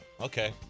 Okay